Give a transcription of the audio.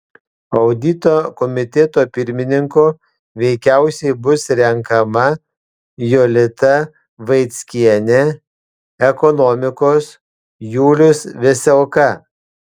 audito komiteto pirmininku veikiausiai bus renkama jolita vaickienė ekonomikos julius veselka